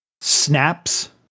snaps